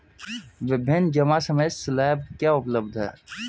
विभिन्न जमा समय स्लैब क्या उपलब्ध हैं?